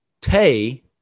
Tay